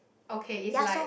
okay is like